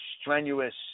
strenuous